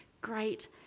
great